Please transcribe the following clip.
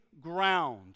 ground